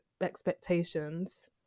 expectations